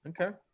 Okay